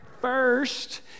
first